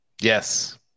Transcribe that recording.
Yes